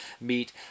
meet